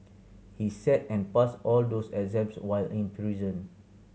he sat and passed all those exams while in prison